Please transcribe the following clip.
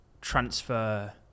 transfer